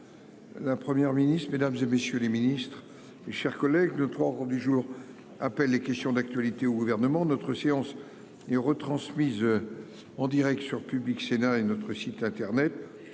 La Première ministre, mesdames et messieurs les ministres, mes chers collègues, le port du jour appelle les questions d'actualité au gouvernement. Notre séance et retransmise. En Direct sur Public Sénat et notre site Internet.